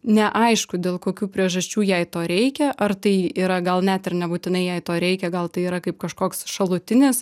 neaišku dėl kokių priežasčių jai to reikia ar tai yra gal net ir nebūtinai jai to reikia gal tai yra kaip kažkoks šalutinis